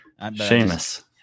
Seamus